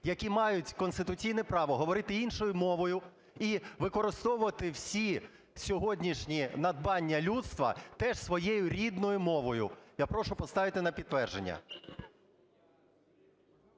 які мають конституційне право говорити іншою мовою і використовувати всі сьогоднішні надбання людства теж своєю рідною мовою. Я прошу поставити на підтвердження.